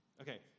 okay